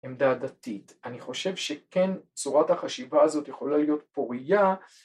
עמדה דתית. אני חושב שכן צורת החשיבה הזאת יכולה להיות פוריה